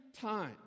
time